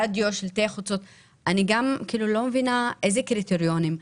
רדיו ושלטי חוצות אני לא מבינה איזה קריטריונים,